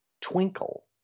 Twinkle